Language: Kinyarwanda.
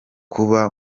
kuba